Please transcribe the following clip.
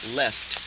left